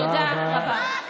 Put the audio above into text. תודה רבה.